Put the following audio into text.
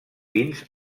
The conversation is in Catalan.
fins